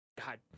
God